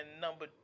number